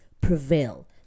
prevail